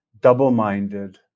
double-minded